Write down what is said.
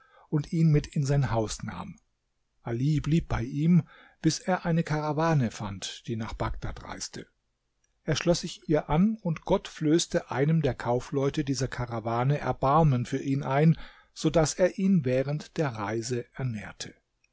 und ihn mit in sein haus nahm ali blieb bei ihm bis er eine karawane fand die nach bagdad reiste er schloß sich ihr an und gott flößte einem der kaufleute dieser karawane erbarmen für ihn ein so daß er ihn während der reise ernährte